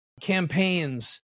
campaigns